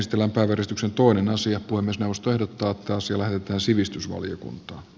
puhemiesneuvosto ehdottaa että asia lähetetään sivistysvaliokuntaan